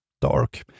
dark